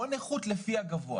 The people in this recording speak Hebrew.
או נכות לפי הגבוה,